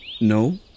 No